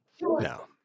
No